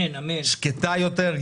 שקטה יותר,